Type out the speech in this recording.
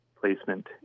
placement